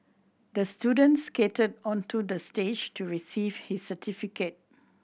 the student skated onto the stage to receive his certificate